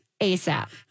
ASAP